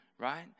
Right